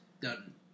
done